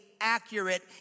accurate